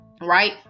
right